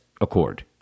Accord